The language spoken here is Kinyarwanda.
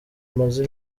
amaze